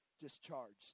discharged